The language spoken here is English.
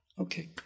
okay